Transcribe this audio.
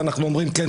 ואנחנו אומרים: כן,